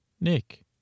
Nick